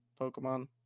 Pokemon